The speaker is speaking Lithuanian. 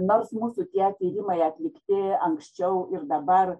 nors mūsų tie tyrimai atlikti anksčiau ir dabar